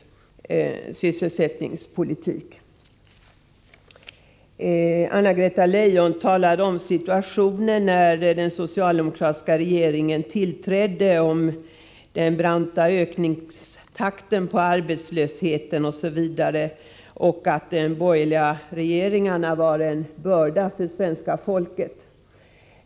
Anna Greta Leijon talade om situationen när den socialdemokratiska regeringen tillträdde, om den branta ökningstakten för arbetslösheten etc, , och sade att de borgerliga regeringarna var en börda för svenska folket.